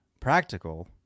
practical